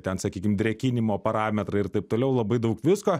ten sakykim drėkinimo parametrai ir taip toliau labai daug visko